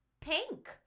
pink